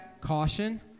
caution